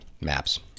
Maps